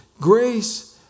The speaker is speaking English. Grace